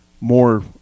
more